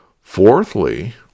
Fourthly